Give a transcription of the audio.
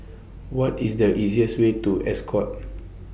What IS The easiest Way to Ascot